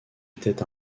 était